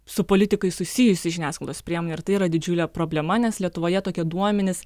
su politikais susijusių žiniasklaidos priemonė ir tai yra didžiulė problema nes lietuvoje tokie duomenys